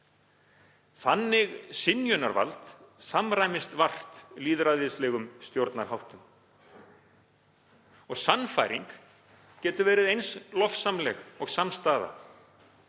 Þannig synjunarvald samræmist vart lýðræðislegum stjórnarháttum. Sannfæring getur verið eins lofsamleg og samstaða,